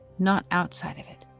not outside of it.